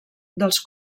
dels